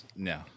No